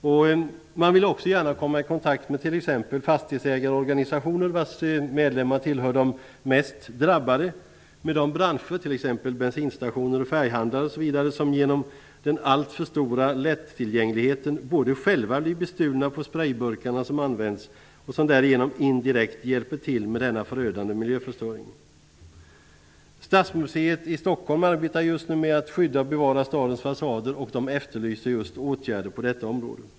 Vidare vill man gärna komma i kontakt t.ex. med fastighetsägarorganisationer, vars medlemmar hör till den mest drabbade gruppen, eller med de branscher -- det gäller då bensinstationer, färghandlare osv. -- som genom den alltför stora lättillgängligheten själva har blivit bestulna på sprejburkar som använts och som också därigenom indirekt medverkat till denna förödande miljöförstöring. Stadsmuseet i Stockholm arbetar just nu med att skydda och bevara stadens fasader och efterlyser just åtgärder på detta område.